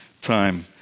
time